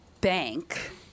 bank